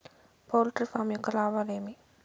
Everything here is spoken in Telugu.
పౌల్ట్రీ ఫామ్ యొక్క లాభాలు ఏమి